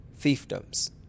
fiefdoms